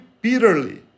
bitterly